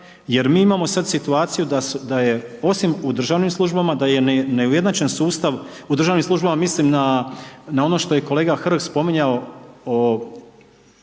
jer mi imamo sada situaciju da je osim u državnim službama da je neujednačen sustav u državnim službama, mislim na ono što je kolega Hrg spominjao o